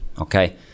okay